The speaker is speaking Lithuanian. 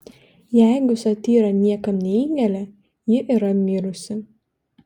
jeigu satyra niekam neįgelia ji yra mirusi